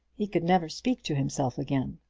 he could never speak to himself again.